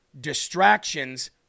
Distractions